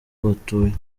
batuye